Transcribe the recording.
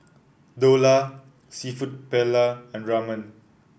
Dhokla seafood Paella and Ramen